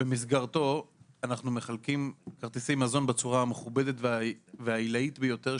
במסגרתו אנחנו מחלקים כרטיסי מזון בצורה המכובדת והעילאית ביותר,